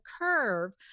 curve